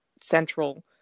central